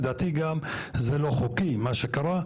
לדעתי גם זה לא חוקי מה שקרה.